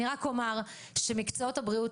אני רק אומר שמקצועות הבריאות,